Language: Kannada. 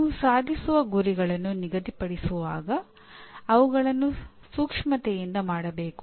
ನೀವು ಸಾಧಿಸುವ ಗುರಿಗಳನ್ನು ನಿಗದಿಪಡಿಸಿದಾಗ ಅವುಗಳನ್ನು ಸೂಕ್ಷ್ಮತೆಯಿಂದ ಮಾಡಬೇಕು